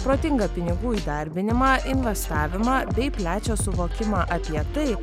protingą pinigų įdarbinimą investavimą bei plečia suvokimą apie tai